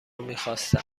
میخواستند